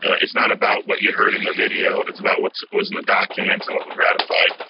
it's not about what you heard in the video, it's about what was in the document, and what we ratified.